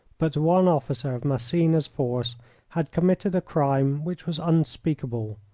but one officer of massena's force had committed a crime which was unspeakable,